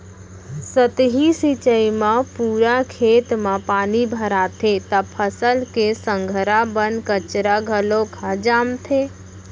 सतही सिंचई म पूरा खेत म पानी भराथे त फसल के संघरा बन कचरा घलोक ह जामथे